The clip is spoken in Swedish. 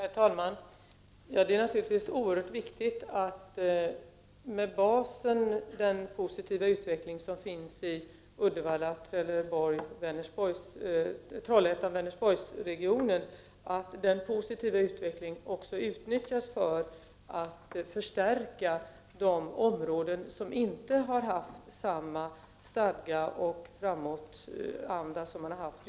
Herr talman! Det är naturligtvis oerhört viktigt att den positiva utvecklingen i Uddevalla och Trollhättan-Vänersborgs-regionen utnyttjas för att förstärka de områden som inte har haft samma stadga och framåtanda.